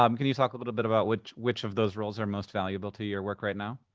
um can you talk a little bit about which which of those roles are most valuable to your work right now?